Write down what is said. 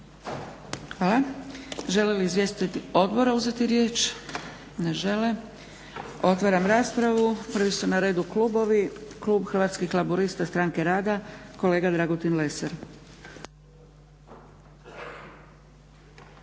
Hvala. Žele li izvjestitelji odbora uzeti riječ? Ne žele. Otvaram raspravu. Prvi su na redu klubovi. Klub Hrvatskih laburista-Stranke rada kolega Dragutin Lesar.